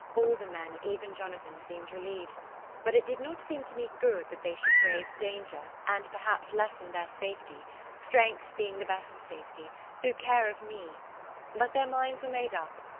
all the men, even jonathan, seemed relieved but it did not seem to me good that they should brave danger and, perhaps, lessen their safety strength being the best safety through care of me but their minds were made up,